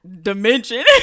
dimension